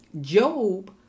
Job